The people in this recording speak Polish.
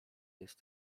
jest